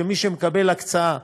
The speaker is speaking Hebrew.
שמי שמקבל הקצאה,